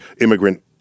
immigrant